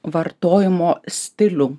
vartojimo stilių